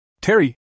Terry